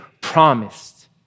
promised